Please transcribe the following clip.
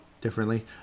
differently